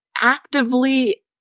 actively